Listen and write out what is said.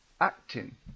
acting